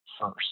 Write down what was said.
first